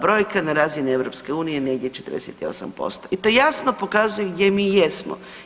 Brojka na razini EU negdje 48% i to jasno pokazuje gdje mi jesmo.